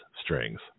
strings